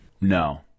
No